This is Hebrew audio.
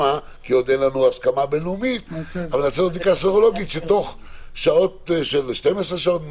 במרכז הקליטה הם שוהים גם בתקופת הבידוד וגם